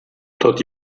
tot